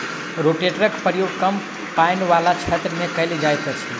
रोटेटरक प्रयोग कम पाइन बला क्षेत्र मे कयल जाइत अछि